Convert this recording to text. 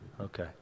okay